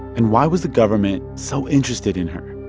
and why was the government so interested in her?